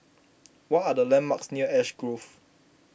what are the landmarks near Ash Grove